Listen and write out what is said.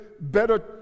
better